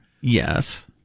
Yes